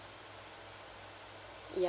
ya